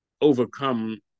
overcome